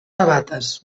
sabates